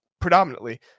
Predominantly